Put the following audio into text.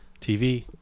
TV